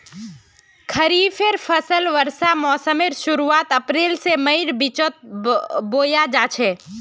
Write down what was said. खरिफेर फसल वर्षा मोसमेर शुरुआत अप्रैल से मईर बिचोत बोया जाछे